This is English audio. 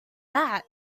that